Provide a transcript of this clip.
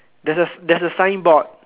there's a there's a signboard